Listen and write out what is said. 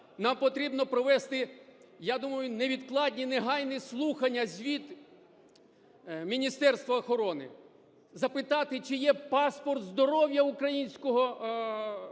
Нам потрібно провести, я думаю, невідкладні й негайні слухання, звіт Міністерства охорони, запитати, чи є паспорт здоров'я українського